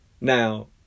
Now